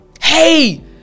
Hey